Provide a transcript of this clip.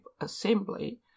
Assembly